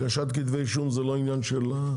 הגשת כתבי אישום זה לא עניין של,